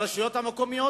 הרשויות המקומיות,